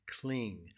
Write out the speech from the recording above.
cling